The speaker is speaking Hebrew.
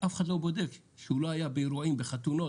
אף אחד לא בודק שהוא לא היה באירועים, בחתונות